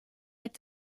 its